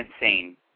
insane